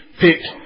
picked